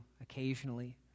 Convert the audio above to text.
occasionally